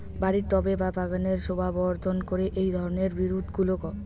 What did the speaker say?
বাড়ির টবে বা বাগানের শোভাবর্ধন করে এই ধরণের বিরুৎগুলো